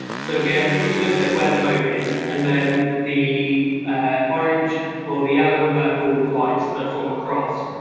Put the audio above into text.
so again, if you look at where the moat is and then the orange or the ah um purple lines that form a cross,